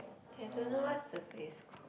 I don't know what's the place called